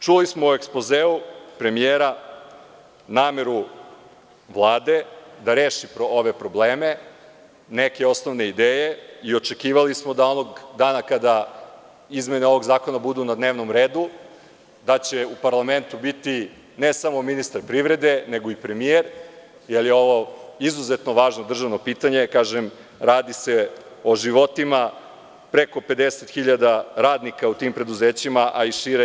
Čuli smo u ekspozeu premijera nameru Vlade da reši ove probleme, neke osnovne ideje i očekivali smo, onog dana kada izmene ovog zakona budu na dnevnom redu, da će u parlamentu biti ne samo ministar privrede, nego i premijer, jer je ovo izuzetno važno državno pitanje, jer se radi o životima preko 50.000 radnika u tim preduzećima, a i šire.